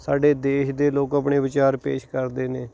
ਸਾਡੇ ਦੇਸ਼ ਦੇ ਲੋਕ ਆਪਣੇ ਵਿਚਾਰ ਪੇਸ਼ ਕਰਦੇ ਨੇ